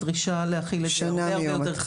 הדרישה להחיל את זה היא יותר קצרה.